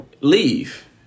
leave